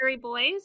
boys